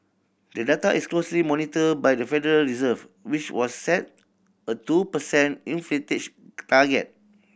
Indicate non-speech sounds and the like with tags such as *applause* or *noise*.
the data is closely monitored by the Federal Reserve which was set a two per cent *unintelligible* target